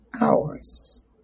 Hours